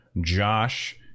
Josh